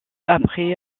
après